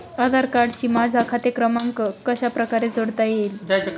आधार कार्डशी माझा खाते क्रमांक कशाप्रकारे जोडता येईल?